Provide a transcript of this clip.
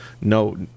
no